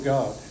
God